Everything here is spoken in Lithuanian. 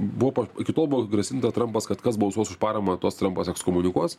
buvo iki tol buvo grasinta trumpas kad kas balsuos už paramą tuos trampas ekskomunikuos